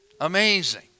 Amazing